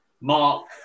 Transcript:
Mark